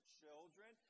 children